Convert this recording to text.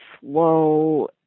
slow